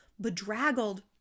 bedraggled